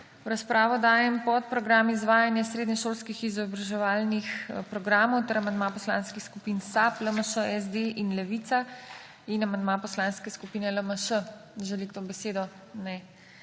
V razpravo dajem podprogram Izvajanje srednješolskih izobraževalnih programov ter amandma poslanskih skupin SAB, LMŠ, SD in Levica in amandma Poslanske skupine LMŠ. Želi kdo besedo? Ne.